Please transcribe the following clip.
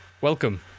Welcome